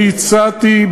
אני הצעתי,